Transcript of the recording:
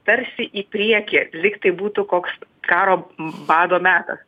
tarsi į priekį lyg tai būtų koks karo bado metas